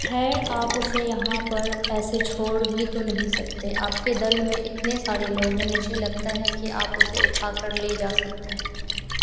खैर आप उसे यहाँ पर ऐसे छोड़ भी तो नहीं सकते आपके दल में इतने सारे लोग हैं मुझे लगता है कि आप उसे उठा कर ले जा सकते हैं